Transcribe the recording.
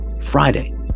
Friday